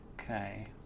Okay